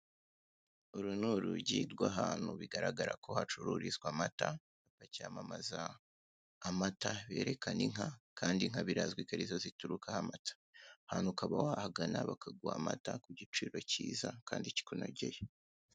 Uru ni urugi rw'ahantu bigaragara ko bacururiza amata cyamamaza amata, herekana inka kandi birazwi ko ari zo ziturukaho amata, aha hantu ukaba wahagana bakaguha amata ku giciro kiza ndetse kandi kikunogeye.